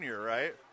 right